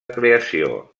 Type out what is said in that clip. creació